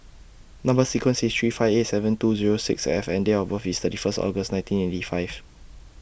Number sequence IS three five eight seven two Zero six F and Date of birth IS thirty First August nineteen eighty five